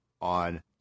on